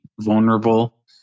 vulnerable